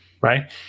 Right